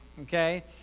Okay